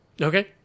okay